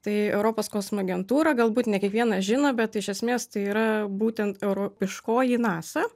tai europos kosmo agentūra galbūt ne kiekvienas žino bet iš esmės tai yra būtent europiškoji nasa